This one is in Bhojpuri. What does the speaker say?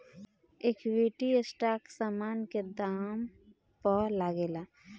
इक्विटी स्टाक समान के दाम पअ लागेला